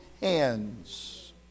hands